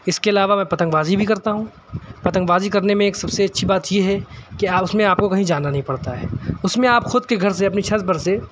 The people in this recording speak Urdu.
اس کے علاوہ میں پتنگ بازی بھی کرتا ہوں پتنگ بازی کرنے میں ایک سب سے اچھی بات یہ ہے کہ آپ اس میں آپ کو کہیں جانا نہیں پڑھتا ہے اس میں آپ خود کے گھر سے اپنی چھت پر سے